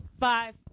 Five